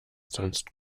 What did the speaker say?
sonst